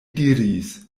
diris